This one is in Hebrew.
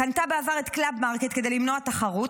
קנתה בעבר את קלאבמרקט כדי למנוע תחרות,